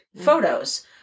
photos